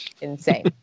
insane